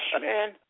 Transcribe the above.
man